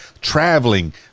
traveling